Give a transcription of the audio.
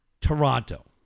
Toronto